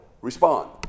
respond